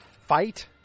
fight